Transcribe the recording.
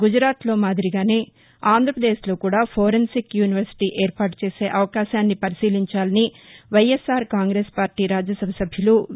గుజరాత్లో మాదిరిగానే ఆంధ్రపదేశ్లో కూడా ఫోరెన్సిక్ యూనివర్శిటీ ఏర్పాటు చేసే అవకాశాన్ని పరిశీలించాలని వైఎస్సార్కాంగ్రెస్ పార్టీ రాజ్యసభ సభ్యులు వి